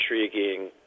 intriguing